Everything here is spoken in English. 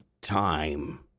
Time